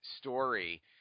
story